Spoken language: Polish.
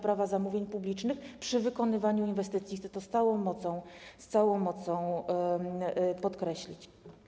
Prawa zamówień publicznych przy wykonywaniu inwestycji - chcę to z całą mocą podkreślić.